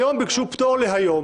היום הם ביקשו פטור להיום,